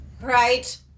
Right